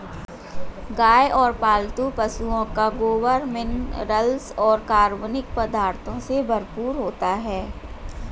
गाय और पालतू पशुओं का गोबर मिनरल्स और कार्बनिक पदार्थों से भरपूर होता है